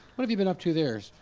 what have you been up to there?